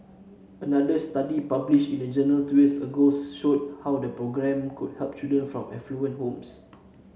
another study published in a journal two years ago showed how the programme could help children from affluent homes